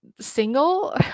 single